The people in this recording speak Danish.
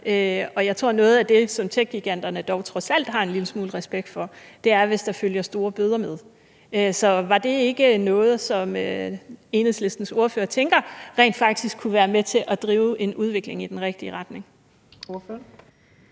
noget af det, som techgiganterne dog trods alt har en lille smule respekt for, er, hvis der følger store bøder med. Så er det ikke noget, som Enhedslistens ordfører tænker rent faktisk kunne være med til at drive en udvikling i den rigtige retning?